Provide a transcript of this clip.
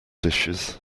dishes